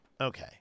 Okay